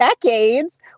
decades